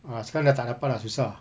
ah sekarang dah tak dapat ah susah